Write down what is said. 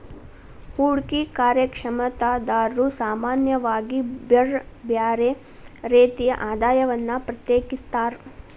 ಹೂಡ್ಕಿ ಕಾರ್ಯಕ್ಷಮತಾದಾರ್ರು ಸಾಮಾನ್ಯವಾಗಿ ಬ್ಯರ್ ಬ್ಯಾರೆ ರೇತಿಯ ಆದಾಯವನ್ನ ಪ್ರತ್ಯೇಕಿಸ್ತಾರ್